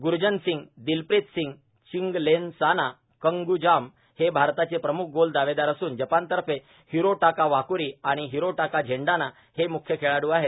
ग्रुरजन सिंग दिलप्रीत सिंग चिंगलेनसाना कंग्रुजाम हे भारताचे प्रमुख गोल दावेदार असून जपानतर्फे हिरोटाका वाकुरी आणि हिरोटाका झेंडाना हे मुख्य खेळाडू आहेत